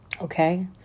Okay